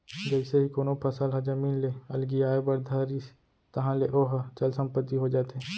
जइसे ही कोनो फसल ह जमीन ले अलगियाये बर धरिस ताहले ओहा चल संपत्ति हो जाथे